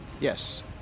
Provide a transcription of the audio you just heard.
Yes